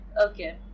Okay